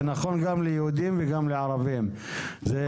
זה נכון גם ליהודים וגם לערבים --- אז,